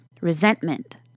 resentment